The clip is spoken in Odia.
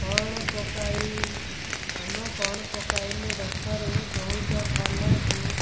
କଣ ପକାଇ କାମ କଣ ପକାଇଲେ ଗଛରେ ବହୁତ ଭଲ ଓ